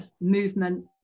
movement